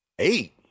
eight